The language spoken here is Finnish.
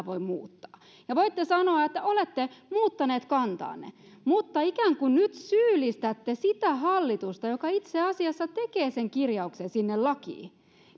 voi muuttaa ja voitte sanoa että olette muuttaneet kantaanne mutta nyt ikään kuin syyllistätte sitä hallitusta joka itse asiassa tekee sen kirjauksen sinne lakiin